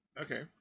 okay